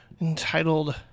entitled